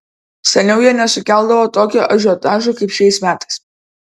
seniau jie nesukeldavo tokio ažiotažo kaip šiais metais